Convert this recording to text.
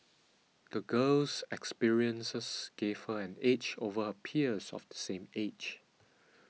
the girl's experiences gave her an edge over her peers of the same age